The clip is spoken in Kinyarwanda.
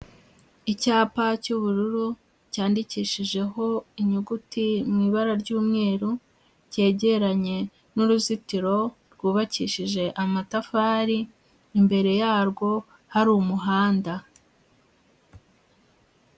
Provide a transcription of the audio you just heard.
Icyapa cy'ubururu cyandikishijeho inyuguti mu ibara ry'umweru, kegeranye n'uruzitiro rwubakishije amatafari, imbere yarwo hari umuhanda.